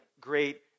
great